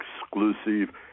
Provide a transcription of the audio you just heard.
exclusive